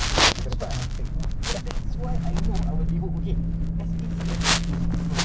kalau kau join aku Tamiya aku rasa sekarang kat rumah aku ada workshop Tamiya asal bro seriously